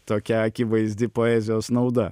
tokia akivaizdi poezijos nauda